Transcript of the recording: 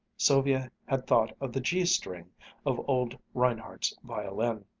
sylvia had thought of the g string of old reinhardt's violin.